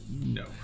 No